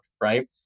right